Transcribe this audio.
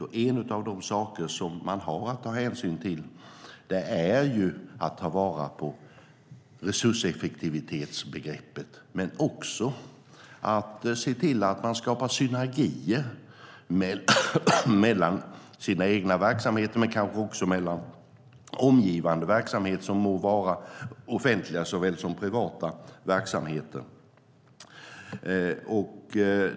En av de saker som de har att ta hänsyn till är resurseffektivitetsbegreppet. Men de ska också se till att de skapar synergier mellan sina egna verksamheter men kanske också mellan omgivande verksamheter som må vara såväl offentliga som privata verksamheter.